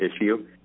issue